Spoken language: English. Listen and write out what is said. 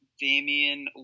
Damian